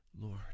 Lord